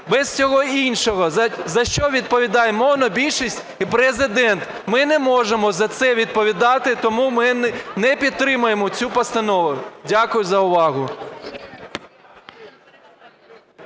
без всього іншого, за що відповідає монобільшість і Президент. Ми не можемо за це відповідати, тому ми не підтримуємо цю постанову. Дякую за увагу.